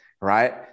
right